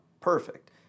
perfect